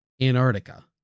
Antarctica